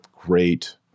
great